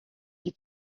die